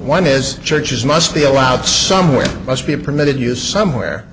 one is churches must be allowed somewhere must be permitted use somewhere